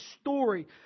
story